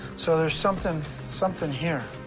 so there's something something here.